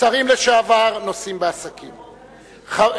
שרים לשעבר נוסעים בעסקים,